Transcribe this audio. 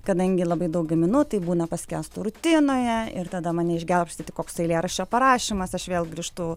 kadangi labai daug gaminu tai būna paskęstu rutinoje ir tada mane išgelbsti tik koks eilėraščio parašymas aš vėl grįžtu